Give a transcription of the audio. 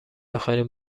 اخرین